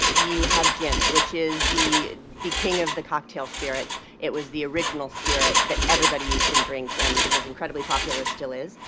you have gin, which is the the king of the cocktail spirits. it was the original spirit that everybody used in drinks and was incredibly popular it still is.